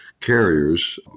carriers